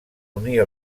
unir